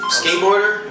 skateboarder